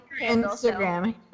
Instagram